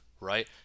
right